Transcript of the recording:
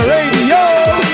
Radio